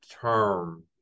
term